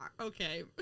okay